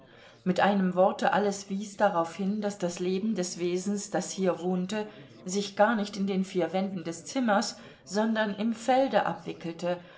mit einem worte alles wies darauf hin daß das leben des wesens das hier wohnte sich gar nicht in den vier wänden des zimmers sondern im felde abwickelte